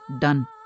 done